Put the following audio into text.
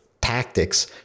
tactics